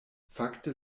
fakte